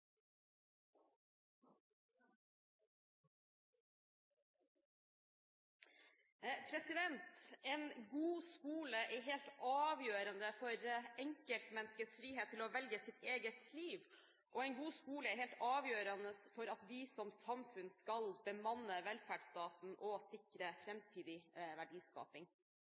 omme. En god skole er helt avgjørende for enkeltmenneskets frihet til å velge sitt eget liv, og en god skole er helt avgjørende for at vi som samfunn skal bemanne velferdsstaten og sikre framtidig verdiskaping.